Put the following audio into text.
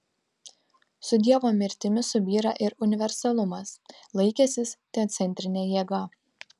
su dievo mirtimi subyra ir universalumas laikęsis teocentrine jėga